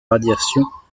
radiations